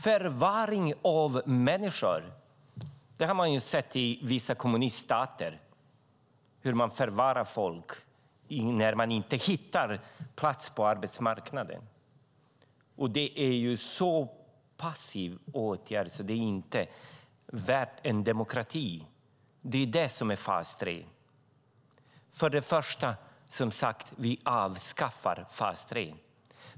Förvaring av människor har man sett i vissa kommuniststater. Där förvarar man folk när man inte hittar plats för dem på arbetsmarknaden. Det är en passiv åtgärd som inte är värdig en demokrati. Detta är vad fas 3 är. För det första avskaffar vi, som sagt, fas 3.